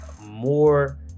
more